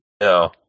No